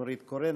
נורית קורן,